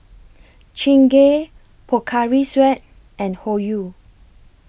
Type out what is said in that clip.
Chingay Pocari Sweat and Hoyu